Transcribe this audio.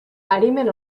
arimen